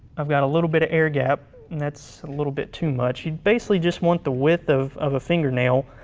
i've got a little bit of air gap, and that's a little bit too much. you basically just want the width of of a fingernail